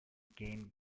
game